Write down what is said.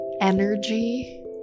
energy